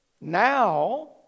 Now